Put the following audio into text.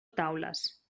taules